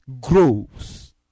grows